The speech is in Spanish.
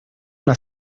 una